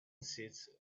sits